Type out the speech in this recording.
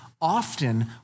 often